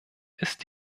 ist